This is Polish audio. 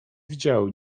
widziały